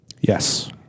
Yes